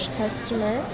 customer